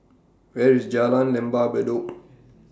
Where IS Jalan Lembah Bedok